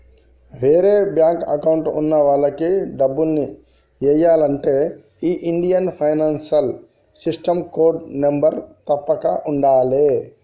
వేరే bank account ఉన్న వాళ్లకి డబ్బుల్ని ఎయ్యాలంటే ఈ Indian financial system code number తప్పక ఉండాలే